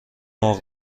مرغ